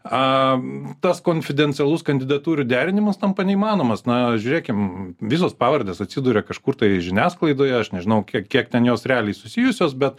a tas konfidencialus kandidatūrų derinimas tampa neįmanomas na žiūrėkim visos pavardės atsiduria kažkur tai žiniasklaidoje aš nežinau kiek kiek ten jos realiai susijusios bet